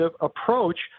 approach